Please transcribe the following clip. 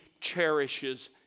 cherishes